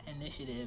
initiative